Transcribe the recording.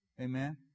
Amen